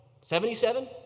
Seventy-seven